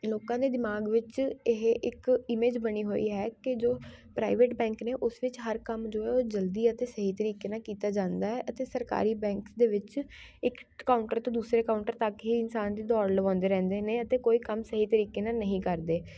ਲੋਕਾਂ ਦੇ ਦਿਮਾਗ਼ ਵਿੱਚ ਇਹ ਇੱਕ ਈਮੇਜ ਬਣੀ ਹੋਈ ਹੈ ਕਿ ਜੋ ਪ੍ਰਾਈਵੇਟ ਬੈਂਕ ਨੇ ਉਸ ਵਿੱਚ ਹਰ ਕੰਮ ਜੋ ਹੈ ਉਹ ਜਲਦੀ ਅਤੇ ਸਹੀ ਤਰੀਕੇ ਨਾਲ਼ ਕੀਤਾ ਜਾਂਦਾ ਹੈ ਅਤੇ ਸਰਕਾਰੀ ਬੈਂਕਸ ਦੇ ਵਿੱਚ ਇੱਕ ਕਾਊਂਟਰ ਤੋਂ ਦੂਸਰੇ ਕਾਊਂਟਰ ਤੱਕ ਹੀ ਇਨਸਾਨ ਦੀ ਦੌੜ ਲਵਾਉਂਦੇ ਰਹਿੰਦੇ ਨੇ ਅਤੇ ਕੋਈ ਕੰਮ ਸਹੀ ਤਰੀਕੇ ਨਾਲ਼ ਨਹੀਂ ਕਰਦੇ